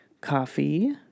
coffee